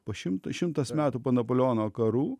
po šimto šimtas metų po napoleono karų